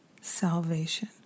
salvation